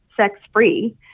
sex-free